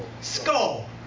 Skull